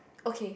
okay